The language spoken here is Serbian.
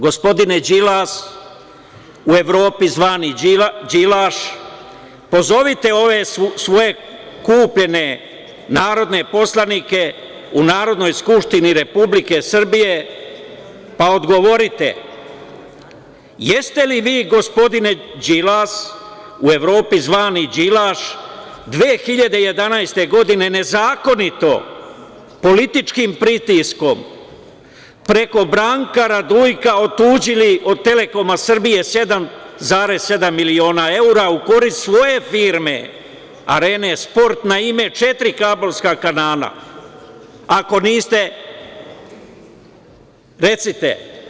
Gospodine Đilas, u Evropi zvani Đilaš, pozovite ove svoje kupljene narodne poslanike u Narodnoj skupštini Republike Srbije, pa odgovorite, jeste li vi gospodine Đilas u Evropi zvani Đilaš 2011. godine nezakonito političkim pritiskom preko Branka Radujka otuđili od „Telekoma Srbije“ 7,7 miliona evra u korist svoje firme „Arene sport“ na ime četiri kablovska kanala, ako niste recite.